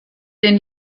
den